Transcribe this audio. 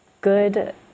good